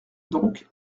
donc